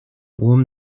warm